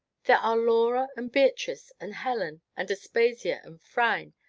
there are laura and beatrice and helen and aspasia and phryne,